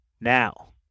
Now